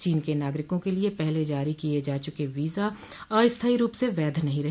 चीन के नागरिकों के लिए पहले जारी किए जा चूके वीजा अस्थाई रूप से वैध नहों रहे